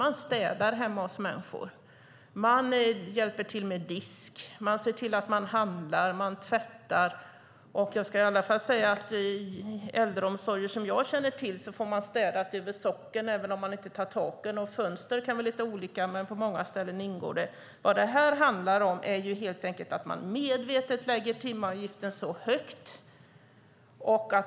Man städar hemma hos människor, hjälper till med disk, ser till att man handlar och tvättar. I äldreomsorger som jag känner till får de äldre städat över sockeln även om man inte tar taken. Det kan vara lite olika med fönstren, men på många ställen ingår det. Det handlar om att man medvetet lägger timavgiften högt.